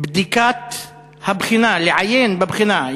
בדיקת הבחינה, לעיין בבחינה.